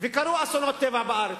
קרו אסונות טבע בארץ.